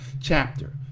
chapter